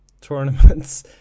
tournaments